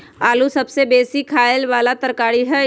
आलू सबसे बेशी ख़ाय बला तरकारी हइ